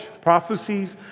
prophecies